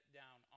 down